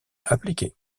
appliquée